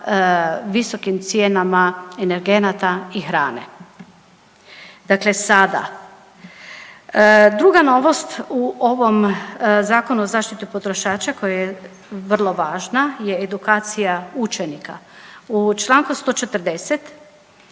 visokim cijenama energenata i hrane. Dakle, sada. Druga novost u ovom Zakonu o zaštiti potrošača koje je vrlo važna je edukacija učenika. U čl. 140.